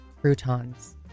croutons